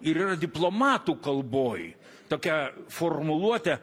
ir yra diplomatų kalboj tokia formuluotė